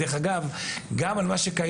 דרך אגב, גם על מה שקיים.